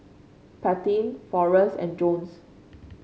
Paityn Forrest and Jones